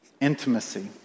intimacy